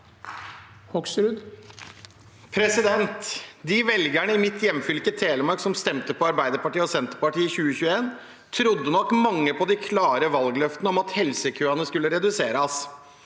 Hoksrud (FrP) «De velgerne i mitt hjemfylke Telemark som stemte på Arbeiderpartiet og Senterpartiet i 2021, trodde nok mange på de klare valgløftene om at helsekøene skulle reduseres.